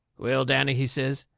well, danny, he says,